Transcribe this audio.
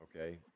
okay